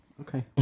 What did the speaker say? Okay